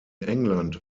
england